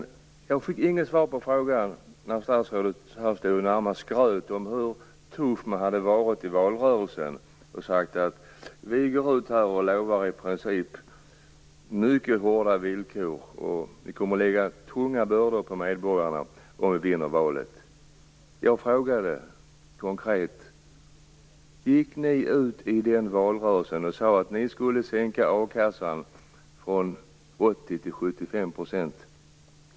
Jag fick inget svar på min fråga. Statsrådet närmast skröt om hur tuff man hade varit i valrörelsen och sagt: Vi lovar i princip mycket hårda villkor. Vi kommer att lägga tunga bördor på medborgarna om vi vinner valet. Jag frågade konkret: Gick ni ut i den valrörelsen och sade att ni skulle sänka a-kassan från 80 % till 75 %?